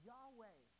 Yahweh